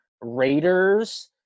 Raiders